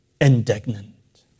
indignant